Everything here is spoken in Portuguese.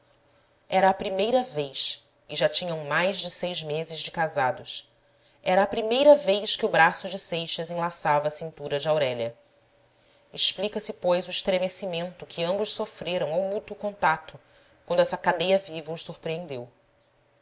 era a primeira vez e já tinham mais de seis meses de casados era a primeira vez que o braço de seixas enlaçava a cintura de aurélia explica-se pois o estremecimento que ambos sofreram ao mútuo contacto quando essa cadeia viva os surpre endeu